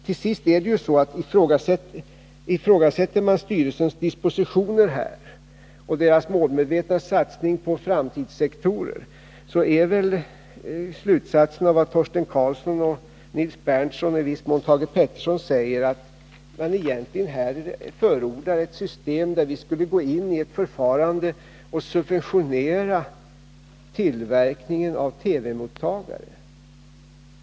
Till sist är det ju så att ifrågasätter man styrelsens dispositioner och dess målmedvetna satsning på framtidssektorer, så är väl slutsatsen att vad Torsten Karlsson, Nils Berndtson och i viss mån Thage Peterson säger är att de egentligen förordar ett system där vi skulle gå in med ett förfarande för att subventionera tillverkningen av TV-mottagare.